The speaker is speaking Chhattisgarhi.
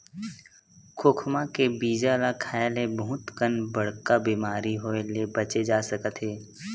खोखमा के बीजा ल खाए ले बहुत कन बड़का बेमारी होए ले बाचे जा सकत हे